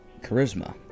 Charisma